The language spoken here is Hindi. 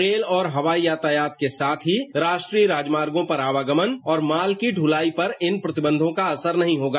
रेल और हवाई यातायात के साथ ही राष्ट्रीय राजमार्गो पर आवागमन और माल की दुलाई पर इन प्रतिबंधों का असर नहीं होगा